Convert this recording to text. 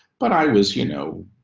but i was, you know,